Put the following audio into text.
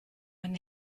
eine